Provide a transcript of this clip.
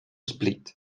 split